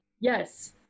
Yes